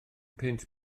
punt